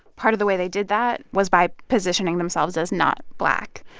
part of the way they did that was by positioning themselves as not black.